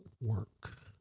work